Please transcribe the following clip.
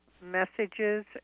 messages